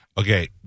Okay